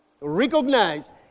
Recognize